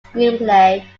screenplay